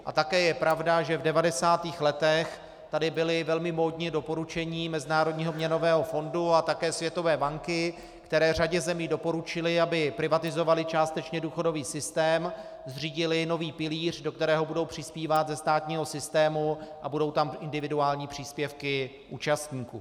A také je pravda, že v 90. letech tady byla velmi módní doporučení Mezinárodního měnového fondu a také Světové banky, které řadě zemí doporučily, aby privatizovaly částečně důchodový systém, zřídily nový pilíř, do kterého budou přispívat ze státního systému a budou tam individuální příspěvky účastníků.